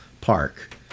park